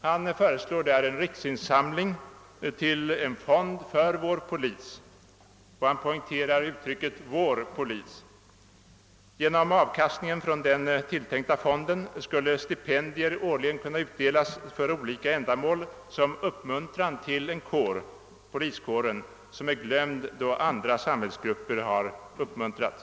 Han föreslår där en riksinsamling till en fond för vår polis, och han poängterar uttrycket »vår polis». Genom avkastningen från den tilltänkta fonden skulle stipendier årligen kunna utdelas för olika ändamål som uppmuntran till en kår — poliskåren — som varit glömd då andra samhällsgrupper har uppmuntrats.